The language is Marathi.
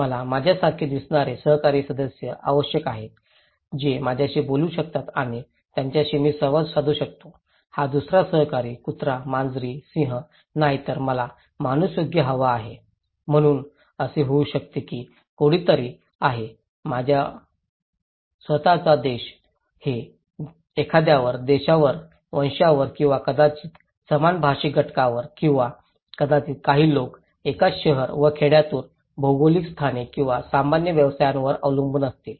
मला माझ्यासारखे दिसणारे सहकारी सदस्य आवश्यक आहेत जे माझ्याशी बोलू शकतात आणि ज्यांच्याशी मी संवाद साधू शकतो हा दुसरा सहकारी कुत्री मांजरी सिंहच नाही तर मला माणूस योग्य हवा आहे म्हणून असे होऊ शकते की कोणीतरी आहे माझा स्वतःचा देश हे एखाद्याच्या देशांवर वंशांवर किंवा कदाचित समान भाषिक गटांवर किंवा कदाचित काही लोक एकाच शहर व खेड्यातून भौगोलिक स्थाने किंवा समान व्यवसायांवर अवलंबून असतील